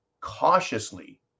cautiously